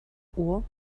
uhr